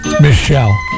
Michelle